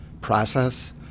process